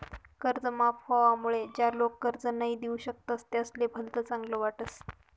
कर्ज माफ व्हवामुळे ज्या लोक कर्ज नई दिऊ शकतस त्यासले भलत चांगल वाटस